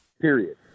period